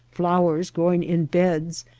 flowers growing in beds,